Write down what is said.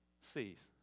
sees